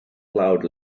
cloud